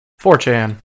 4chan